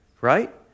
Right